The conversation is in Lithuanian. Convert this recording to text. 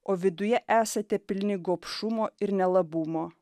o viduje esate pilni gobšumo ir nelabumo